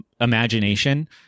imagination